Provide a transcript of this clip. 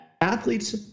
athletes